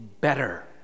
better